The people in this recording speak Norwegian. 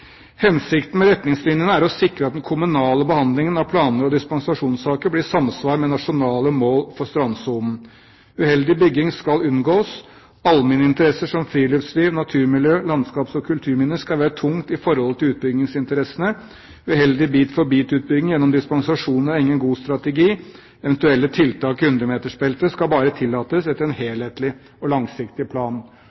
Hensikten med retningslinjene er å sikre at den kommunale behandlingen av planer og dispensasjonssaker blir i samsvar med nasjonale mål for strandsonen. Uheldig bygging skal unngås. Allmenne interesser som friluftsliv, naturmiljø og landskaps- og kulturminner skal veie tungt i forhold til utbyggingsinteressene. Uheldig bit for bit-utbygging gjennom dispensasjoner er ingen god strategi. Eventuelle tiltak i 100-metersbeltet skal bare tillates etter en